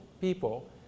people